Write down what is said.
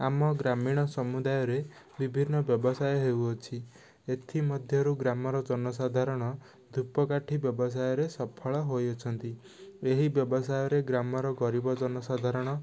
ଆମ ଗ୍ରାମୀଣ ସମୁଦାୟରେ ବିଭିନ୍ନ ବ୍ୟବସାୟ ହେଉଅଛି ଏଥିମଧ୍ୟରୁ ଗ୍ରାମର ଜନସାଧାରଣ ଧୂପକାଠି ବ୍ୟବସାୟରେ ସଫଳ ହୋଇଅଛନ୍ତି ଏହି ବ୍ୟବସାୟରେ ଗ୍ରାମର ଗରିବ ଜନସାଧାରଣ